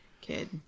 kid